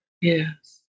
yes